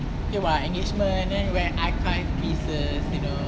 !wah! engagement then wear archive pieces you know